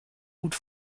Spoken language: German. gut